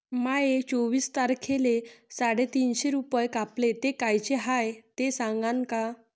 माये चोवीस तारखेले साडेतीनशे रूपे कापले, ते कायचे हाय ते सांगान का?